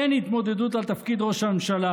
אין התמודדות על תפקיד ראש הממשלה,